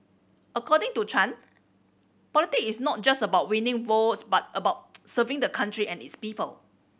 according to Chan politics is not just about winning votes but about serving the country and its people